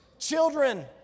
Children